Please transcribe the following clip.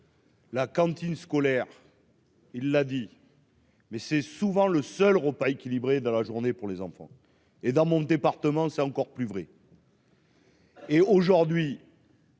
La cantine scolaire. Il l'a dit. Mais c'est souvent le seul repas équilibré dans la journée pour les enfants et, dans mon département, c'est encore plus vrai. Et aujourd'hui.